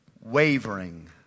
wavering